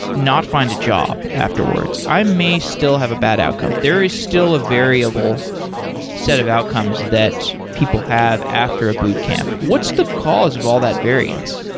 not find a job afterwards. i may still have a bad outcome. there is still a variable set of outcomes that people have after a boot camp. what's the cause of all that variance?